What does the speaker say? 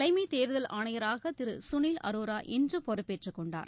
தலைமைத் தேர்தல் ஆணையராகதிருசுனில் அரோரா இன்றுபொறுப்பேற்றுக் கொண்டார்